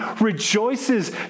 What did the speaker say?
rejoices